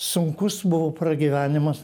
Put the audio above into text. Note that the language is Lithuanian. sunkus buvo pragyvenimas